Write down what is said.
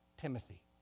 Timothy